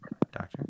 Doctor